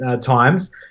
times